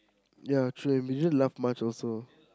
ya true that we didn't laugh much also